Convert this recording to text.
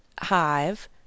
hive